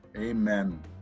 amen